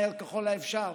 מהר ככל האפשר,